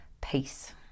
Peace